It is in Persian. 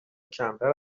کمتر